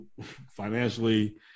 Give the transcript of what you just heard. financially